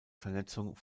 vernetzung